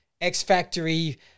X-Factory